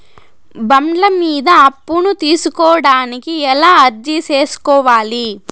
బండ్ల మీద అప్పును తీసుకోడానికి ఎలా అర్జీ సేసుకోవాలి?